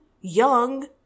young